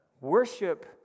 Worship